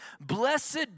Blessed